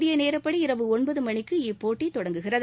இந்திய நேரப்படி இரவு ஒன்பது மணிக்கு இப்போட்டி தொடங்குகிறது